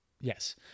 yes